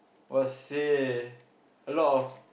!wahseh! a lot of